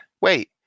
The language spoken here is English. Wait